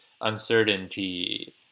uncertainty